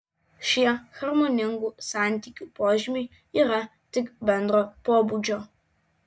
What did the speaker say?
šie harmoningų santykių požymiai yra tik bendro pobūdžio